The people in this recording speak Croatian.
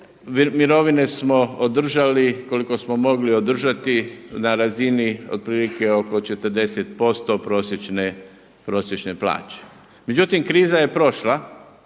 mirovine smo održali koliko smo mogli održati na razini otprilike oko 40% prosječne plaće. Međutim, kriza je prošla